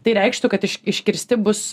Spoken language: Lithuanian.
tai reikštų kad iš iškirsti bus